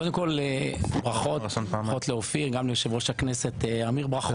קודם כל ברכות לאופיר וגם ליושב-ראש הכנסת אמיר ברכות.